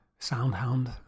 SoundHound